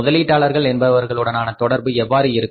முதலீட்டாளர்கள் என்பவர்களுடனான தொடர்பு எவ்வாறு இருக்கும்